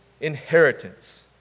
inheritance